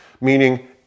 meaning